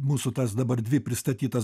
mūsų tas dabar dvi pristatytas